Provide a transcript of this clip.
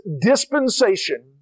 dispensation